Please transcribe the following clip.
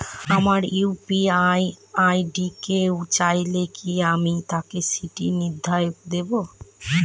আমার UPI ID কেউ চাইলে কি আমি তাকে সেটি নির্দ্বিধায় দেব?